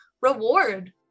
reward